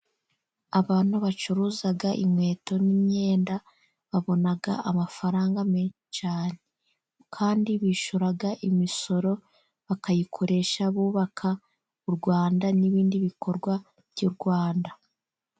Abantu bacuruza inkweto n'imyenda, babona amafaranga menshi cyane, kandi bishyura imisoro, bakayikoresha bubaka u Rwanda n'ibindi bikorwa by'u Rwanda.